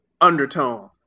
undertone